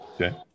Okay